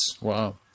Wow